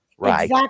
Right